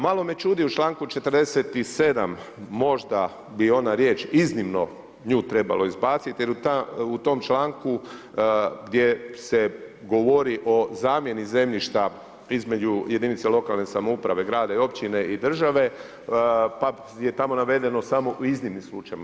Malo me čudi u čl. 47. možda bi ona riječ iznimno nju trebalo izbaciti, jer u tom članku gdje se govori o zamijeni zemljišta između jedinice lokalne samouprave, grada i općine i države, pa je tamo navedeno samo u iznimnim slučajevima.